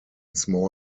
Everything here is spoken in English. small